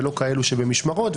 ולא כאלו שבמשמרות,